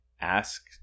Ask